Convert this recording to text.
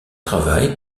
travail